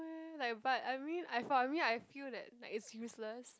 mm like but I mean I for me I feel that like it's useless